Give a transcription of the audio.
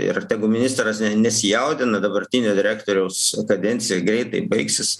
ir tegu ministras ne nesijaudina dabartinio direktoriaus kadencija greitai baigsis